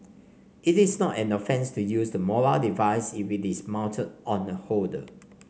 it is not an offence to use the mobile device if it is mounted on a holder